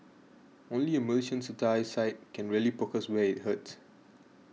only a Malaysian satire site can really poke us where it hurts